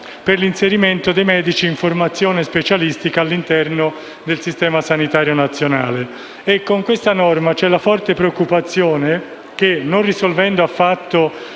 per l'inserimento dei medici in formazione specialistica all'interno del Sistema sanitario nazionale. Con questa norma c'è la forte preoccupazione che, non risolvendo affatto